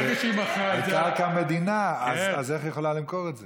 זו קרקע מדינה, אז איך היא יכולה למכור את זה?